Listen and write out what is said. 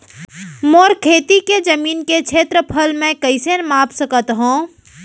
मोर खेती के जमीन के क्षेत्रफल मैं कइसे माप सकत हो?